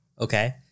okay